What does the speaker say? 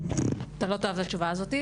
אתה לא תאהב את התשובה הזאת,